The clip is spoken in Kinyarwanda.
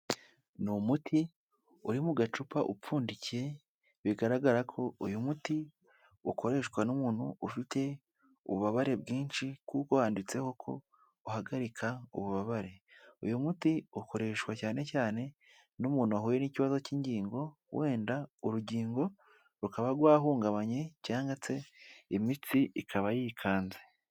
Ni umuti uri mu gacupa upfundikiye bigaragara ko uyu muti ukoreshwa n'umuntu ufite ububabare bwinshi kuko wanditseho ko uhagarika ububabare, uyu muti ukoreshwa cyane cyane n'umuntu wahuye n'ikibazo cy'ingingo wenda urugingo rukaba rwahungabanye cyangwa se imitsi ikaba yikanze.